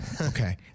Okay